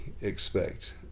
expect